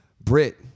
Brit